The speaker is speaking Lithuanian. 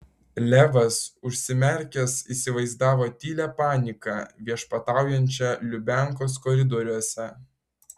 levas užsimerkęs įsivaizdavo tylią paniką viešpataujančią lubiankos koridoriuose